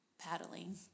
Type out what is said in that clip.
paddling